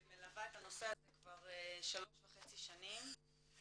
מלווה את הנושא הזה כבר שלוש וחצי שנים.